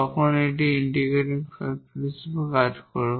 তখন এটি integrating factor হিসাবে কাজ করবে